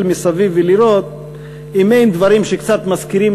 מסביב ולראות אם אין דברים שקצת מזכירים,